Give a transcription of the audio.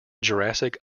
jurassic